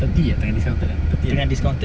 thirty ah tengah discounted ah thirty